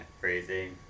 Crazy